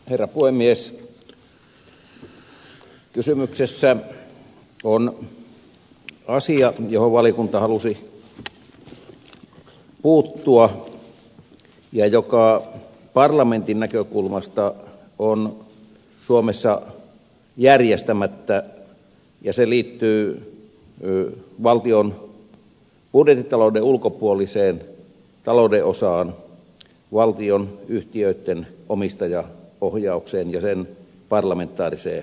kysymyksessä on asia johon valiokunta halusi puuttua ja joka parlamentin näkökulmasta on suomessa järjestämättä ja se liittyy valtion budjettitalouden ulkopuoliseen talouden osaan valtionyhtiöitten omistajaohjaukseen ja sen parlamentaariseen valvontaan